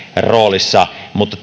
roolissa mutta